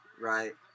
Right